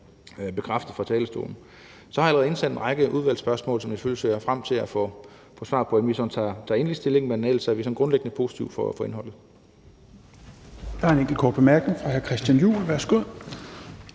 bekræfte fra talerstolen. Jeg har allerede indsendt en række udvalgsspørgsmål, som jeg selvfølgelig ser frem til at få svar på, inden vi tager endeligt stilling til forslaget, men ellers er vi grundlæggende positive over for indholdet.